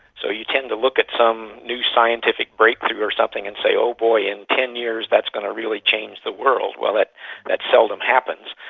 so you tend to look at some new scientific breakthrough or something and say, oh boy, in ten years that is going to really change the world. well, that seldom happens.